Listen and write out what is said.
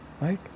Right